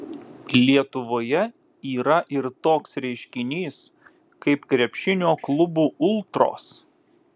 lietuvoje yra ir toks reiškinys kaip krepšinio klubų ultros